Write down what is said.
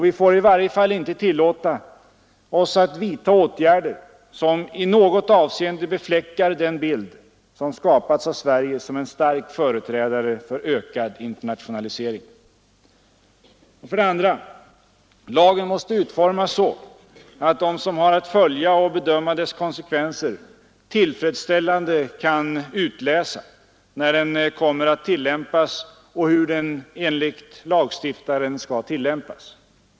Vi får i varje fall inte tillåta oss att vidta åtgärder som i något avseende befläckar den bild som skapats av Sverige som en stark företrädare för ökad internationalisering. 2. Lagen måste utformas så att de som har att följa och bedöma dess konsekvenser tillfredsställande kan utläsa när den kommer att tillämpas och hur den enligt lagstiftaren skall tillämpas.